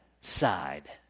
side